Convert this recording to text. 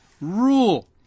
rule